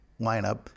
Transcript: lineup